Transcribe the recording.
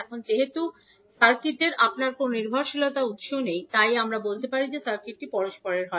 এখন যেহেতু সার্কিটের আমাদের কোনও নির্ভরশীল উত্স নেই তাই আমরা বলতে পারি যে সার্কিটটি পরস্পরের হয়